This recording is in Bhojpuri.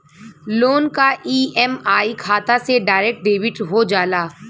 लोन क ई.एम.आई खाता से डायरेक्ट डेबिट हो जाला